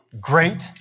Great